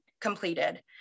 completed